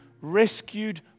rescued